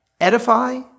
edify